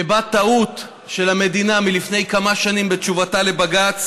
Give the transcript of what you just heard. שבה טעות של המדינה מלפני כמה שנים בתשובתה לבג"ץ